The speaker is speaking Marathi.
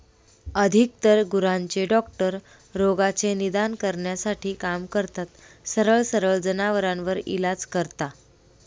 अधिकतर गुरांचे डॉक्टर रोगाचे निदान करण्यासाठी काम करतात, सरळ सरळ जनावरांवर इलाज करता